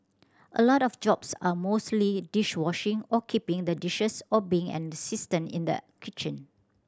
a lot of jobs are mostly dish washing or keeping the dishes or being an assistant in the kitchen